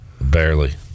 Barely